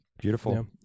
Beautiful